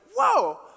whoa